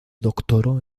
doctoró